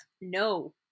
no